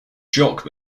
jock